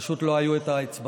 פשוט לא היו האצבעות.